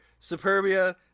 Superbia